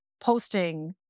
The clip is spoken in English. posting